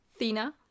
Thina